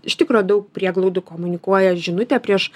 iš tikro daug prieglaudų komunikuoja žinutę prieš